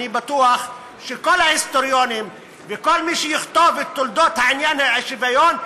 אני בטוח שכל ההיסטוריונים וכל מי שיכתוב את תולדות עניין השוויון,